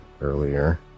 earlier